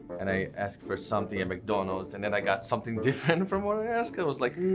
and i asked for something at mcdonald's and then i got something different from what i asked i was like.